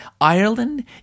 Ireland